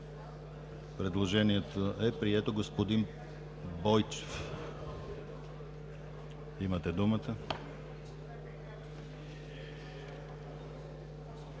Предложението е прието. Господин Бойчев, имате думата.